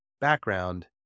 background